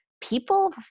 people